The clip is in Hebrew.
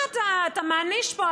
מה אתה מעניש פה,